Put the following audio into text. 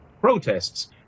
protests